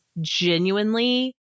genuinely